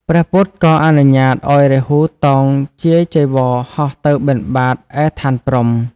ព្រះពុទ្ធក៏អនុញ្ញាតឱ្យរាហូតោងជាយចីវរហោះទៅបិណ្ឌបាតឯឋានព្រហ្ម។